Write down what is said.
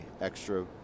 extra